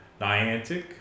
Niantic